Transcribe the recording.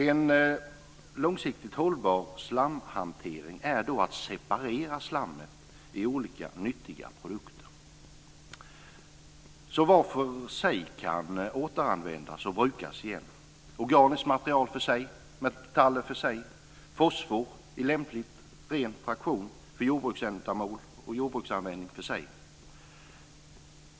En långsiktigt hållbar slamhantering är att separera slammet i olika nyttiga produkter som var för sig kan återanvändas och brukas igen. Man separerar organiskt material för sig, metaller för sig, fosfor i lämplig ren fraktion för jordbruksändamål och jordbruksanvändning för sig.